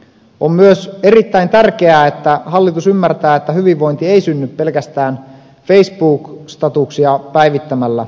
on myös erittäin tärkeää että hallitus ymmärtää että hyvinvointi ei synny pelkästään facebook statuksia päivittämällä